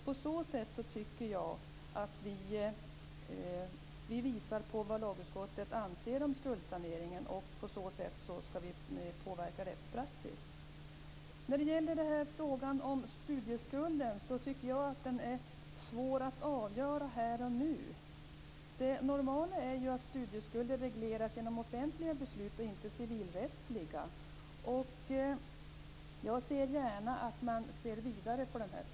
På så sätt visar vi på vad lagutskottet anser om skuldsaneringen och hur vi skall påverka rättspraxis. Frågan om studieskulden tycker jag är svår att avgöra här och nu. Det normala är att studieskulden regleras genom offentliga beslut och inte civilrättsliga. Jag ser gärna att man ser vidare på frågan.